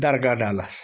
درگاہ ڈَلَس